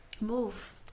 move